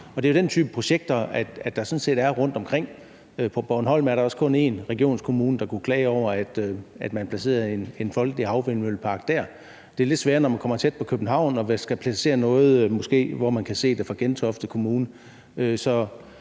Det er jo den type projekter, der sådan set er rundtomkring. Der er vist kun en regionskommune, der kunne klage over, at man placerede en folkelig havvindmøllepark på Bornholm. Det er lidt sværere, når man kommer tæt på København og skal placere noget, som man måske kan se fra Gentofte Kommune.